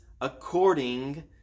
according